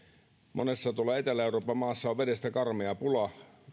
monessa etelä euroopan maassa on nimenomaan kasteluvedestä karmea pula